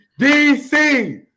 DC